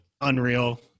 unreal